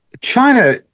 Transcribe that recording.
China